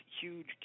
huge